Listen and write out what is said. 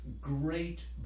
great